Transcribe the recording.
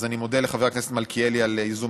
אז אני מודה לחבר הכנסת מלכיאלי על ייזום